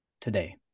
today